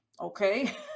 okay